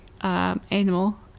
animal